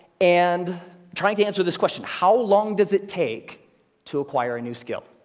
and tried to answer this question, how long does it take to acquire a new skill?